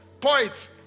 point